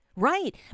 Right